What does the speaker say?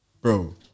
Bro